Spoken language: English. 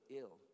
ill